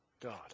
God